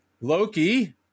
Loki